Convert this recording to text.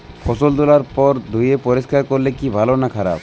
ফসল তোলার পর ধুয়ে পরিষ্কার করলে কি ভালো না খারাপ?